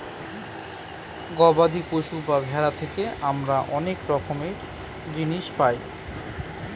গবাদি পশু বা ভেড়া থেকে আমরা অনেক রকমের জিনিস পায়